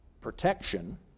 protection